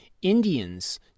Indians